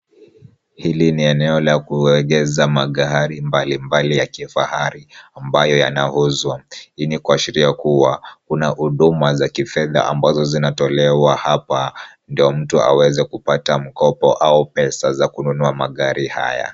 Hili ni eneo la kuegesha magari mbalimbali ya kifahari ambayo yanauzwa. Hii ni kuashiria kuwa kuna huduma za kifedha ambazo zinatolewa hapa, ndio mtu aweze kupata mkopo au pesa za kununua magari haya.